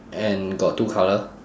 and got two colour